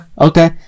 okay